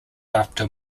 after